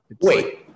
wait